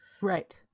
right